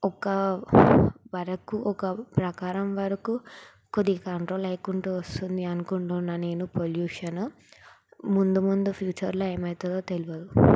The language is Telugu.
ఒక్క వరకు ఒక ప్రకారం వరకు కొద్ది కంట్రోల్ అవుకుంటూ వస్తుంది అనుకుంటున్నాను నేను పొల్యూషను ముందు ముందు ఫ్యూచర్లో ఏం అవుతుందో తెలియదు